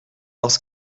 parce